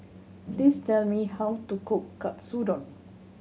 please tell me how to cook Katsudon